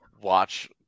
watch